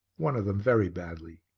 one of them very badly.